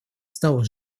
стало